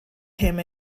him